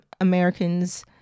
Americans